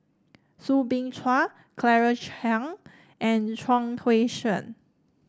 Soo Bin Chua Claire Chiang and Chuang Hui Tsuan